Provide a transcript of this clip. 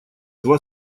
два